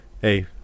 hey